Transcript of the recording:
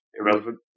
Irrelevant